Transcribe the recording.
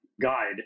guide